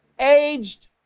aged